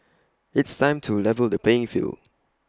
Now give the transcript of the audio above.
it's time to level the playing field